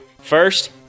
first